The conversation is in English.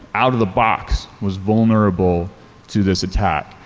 out of the box, was vulnerable to this attack,